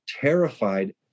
terrified